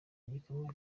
gikomeye